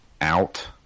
out